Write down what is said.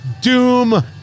Doom